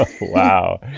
Wow